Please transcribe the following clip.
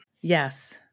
yes